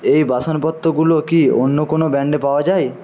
এই বাসনপত্রগুলো কি অন্য কোনও ব্র্যান্ডে পাওয়া যায়